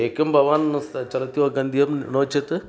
एकं भवान् सः चलति वा गन्त्यं नो चेत्